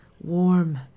warm